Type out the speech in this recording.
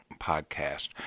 Podcast